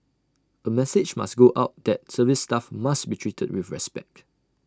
A message must go out that service staff must be treated with respect